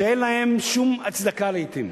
שאין להן שום הצדקה לעתים.